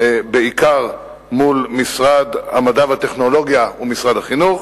בעיקר מול משרד המדע והטכנולוגיה ומשרד החינוך,